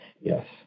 Yes